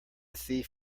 thief